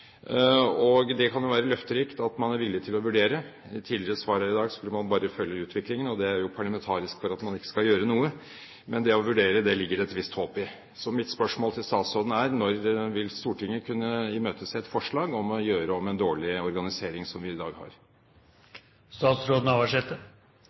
og det kan jo være løfterikt at man er villig til å vurdere. I tidligere svar her i dag skulle man bare følge utviklingen, og det er jo parlamentarisk for at man ikke skal gjøre noe. Men det å vurdere ligger det et visst håp i. Så mitt spørsmål til statsråden er: Når vil Stortinget kunne imøtese et forslag om å gjøre om en dårlig organisering, som vi i dag